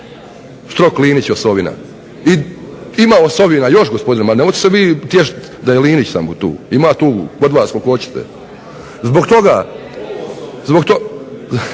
Štrok, Linić osovina i ima osovina još gospodine, ma nemojte se vi tješiti da je Linić samo tu, ima tu kod vas koliko hoćete. Zbog toga,